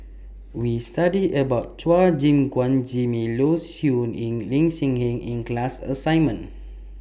We studied about Chua Gim Guan Jimmy Low Siew Nghee and Lee Hee Seng in The class assignment